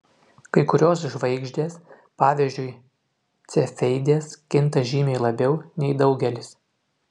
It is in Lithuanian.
kai kurios žvaigždės pavyzdžiui cefeidės kinta žymiai labiau nei daugelis